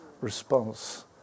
response